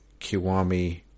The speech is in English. Kiwami